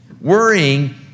Worrying